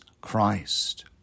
Christ